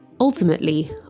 Ultimately